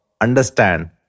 understand